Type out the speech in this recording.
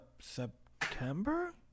September